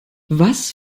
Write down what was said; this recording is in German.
was